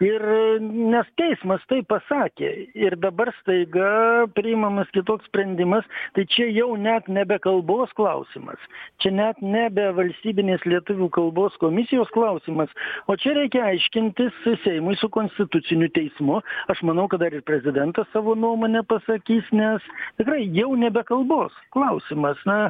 ir nes teismas taip pasakė ir dabar staiga priimamas kitoks sprendimas tai čia jau net nebe kalbos klausimas čia net nebe valstybinės lietuvių kalbos komisijos klausimas o čia reikia aiškintis seimui su konstituciniu teismu aš manau kad dar ir prezidentas savo nuomonę pasakys nes tikrai jau nebe kalbos klausimas na